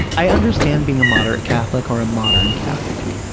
i understand being a moderate catholic or a modern catholic.